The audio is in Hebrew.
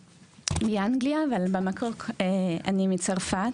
כי היו מכונות בבית של חצי אוטומט,